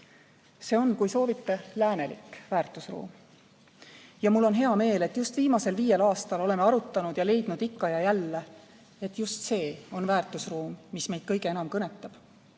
See on, kui soovite, läänelik väärtusruum. Ja mul on hea meel, et just viimasel viiel aastal oleme arutanud ja leidnud ikka ja jälle, et just see on väärtusruum, mis meid kõige enam kõnetab.